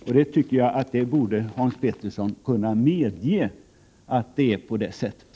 Jag tycker att Hans Petersson borde kunna medge att det är på det sättet.